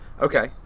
Okay